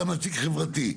גם נציג חברתי.